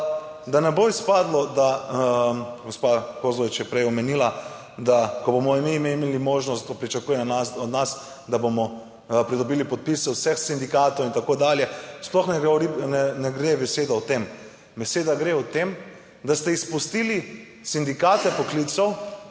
da ne bo izpadlo, da gospa Kozlovič je prej omenila, da ko bomo mi imeli možnost, pričakuje od nas, da bomo pridobili podpise vseh sindikatov in tako dalje. Sploh ne govori, ne gre beseda o tem. Beseda gre o tem, da ste izpustili sindikate poklicev,